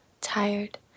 tired